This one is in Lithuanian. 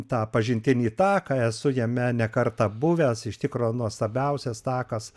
tą pažintinį taką esu jame ne kartą buvęs iš tikro nuostabiausias takas